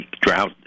drought